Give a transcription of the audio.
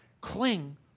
Cling